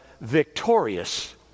victorious